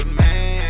man